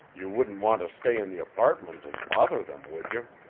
you wouldn't want to stay in the apartment and bother them, would you?